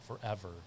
forever